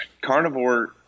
carnivore